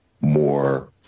more